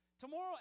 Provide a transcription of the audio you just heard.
Tomorrow